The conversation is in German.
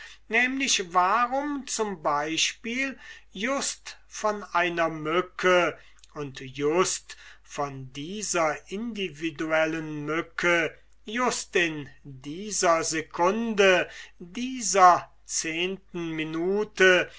nämlich warum z e just von einer mücke und just von dieser individuellen mücke just in dieser secunde dieser zehnten minute